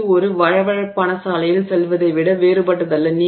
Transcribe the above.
இது ஒரு வழவழப்பான சாலையில் செல்வதை விட வேறுபட்டதல்ல